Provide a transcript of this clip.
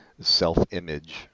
self-image